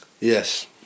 Yes